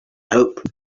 hope